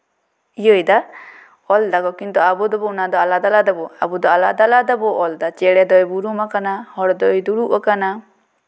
ᱤᱭᱟᱹᱭᱮᱫᱟ ᱚᱞ ᱮᱫᱟᱠᱚ ᱠᱤᱱᱛᱩ ᱟᱵᱚ ᱫᱚᱵᱚ ᱚᱱᱟ ᱫᱚ ᱟᱞᱟᱫᱟ ᱟᱞᱟᱫᱟ ᱫᱚ ᱵᱚ ᱟᱵᱚ ᱫᱚ ᱟᱞᱟᱫᱟ ᱟᱞᱟᱫᱟ ᱵᱚ ᱚᱞ ᱮᱫᱟ ᱪᱮᱬᱮᱸ ᱫᱚᱭ ᱵᱩᱨᱩᱢ ᱟᱠᱟᱱᱟ ᱦᱚᱲ ᱫᱚᱭ ᱫᱩᱲᱩᱵ ᱟᱠᱟᱱᱟ